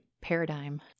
paradigm